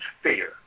fear